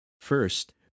First